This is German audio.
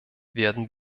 werden